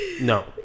No